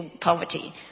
poverty